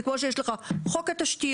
זה כמו שיש לך חוק התשתיות,